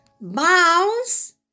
Bounce